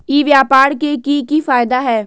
ई व्यापार के की की फायदा है?